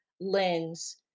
lens